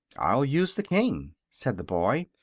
i'll use the king, said the boy,